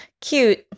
Cute